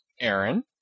Aaron